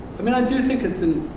i mean, i do think it's and